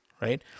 right